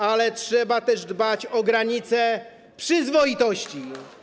Ale trzeba też dbać o granice przyzwoitości.